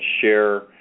share